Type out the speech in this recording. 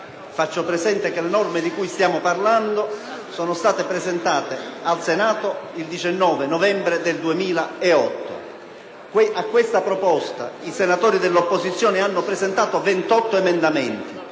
Faccio presente che le norme di cui stiamo parlando sono state presentate al Senato il 19 novembre 2008. A questa proposta i senatori dell’opposizione hanno presentato 28 emendamenti,